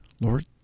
Lord